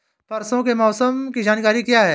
परसों के मौसम की जानकारी क्या है?